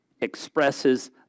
expresses